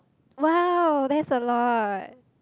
!wow! that's a lot